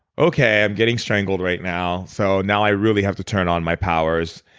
okay, i'm getting strangled right now. so now, i really have to turn on my powers.